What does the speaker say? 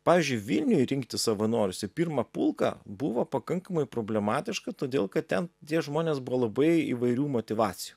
pavyzdžiui vilniuj rinkti savanorius į pirmą pulką buvo pakankamai problematiška todėl kad ten tie žmonės buvo labai įvairių motyvacijų